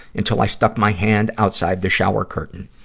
until i stuck my hand outside the shower curtain.